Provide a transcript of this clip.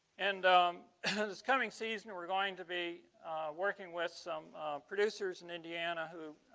and um and this coming season we're going to be working with some producers in indiana who?